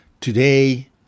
Today